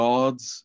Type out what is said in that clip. God's